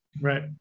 Right